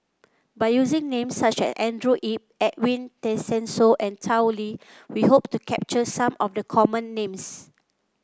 by using names such as Andrew Yip Edwin Tessensohn and Tao Li we hope to capture some of the common names